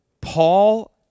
Paul